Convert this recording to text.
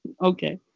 Okay